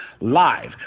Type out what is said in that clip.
live